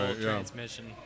transmission